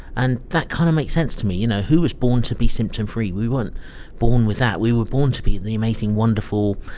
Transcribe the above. and that kind of makes sense to me. you know, who was born to be symptom-free? we weren't born with that, we were born to be the amazing, wonderful,